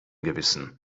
gewissen